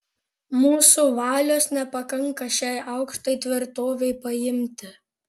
mūsų valios nepakanka šiai aukštai tvirtovei paimti